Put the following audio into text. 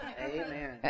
Amen